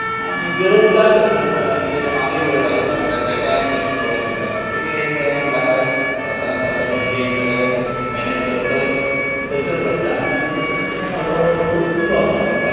आनी विरोध जाताच म्हूण एक एकदां म्हजोय विरोध आसूंक शकता ताकाय कठीण पडूंक शकता पूण तें कितें लास्टाक संवसारांत चलपाचें म्हणजे एकमेकांक मेनेज करपाक करचेंच पडटा आनी तशेंच तें हळूहळ निभावता मागीर तें काम